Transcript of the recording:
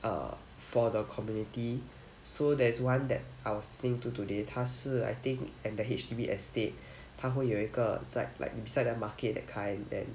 err for the community so there is one that I was listening to today 它是 I think at the H_D_B estates 它会有一个在 like beside the market that kind then